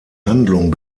handlung